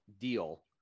deal